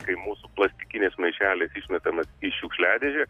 kai mūsų plastikinis maišelis išmetamas į šiukšliadėžę